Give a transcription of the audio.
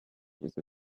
which